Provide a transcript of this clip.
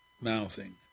mouthing